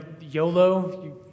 YOLO